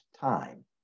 time